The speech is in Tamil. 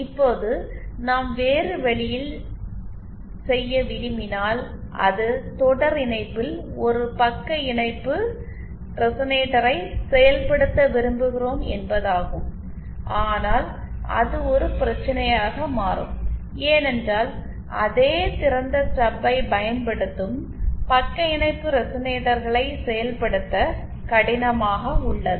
இப்போது நாம் வேறு வழியில் செய்ய விரும்பினால் அது தொடர் இணைப்பில் ஒரு பக்க இணைப்பு ரெசனேட்டரை செயல்படுத்த விரும்புகிறோம் என்பதாகும் ஆனால் அது ஒரு பிரச்சனையாக மாறும் ஏனென்றால் அதே திறந்த ஸ்டப்பைப் பயன்படுத்தும் பக்க இணைப்பு ரெசனேட்டர்களை செயல்படுத்த கடினமாக உள்ளது